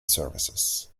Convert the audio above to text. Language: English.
services